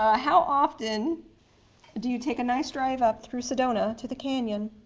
ah how often do you take a nice drive up through sedona to the canyon?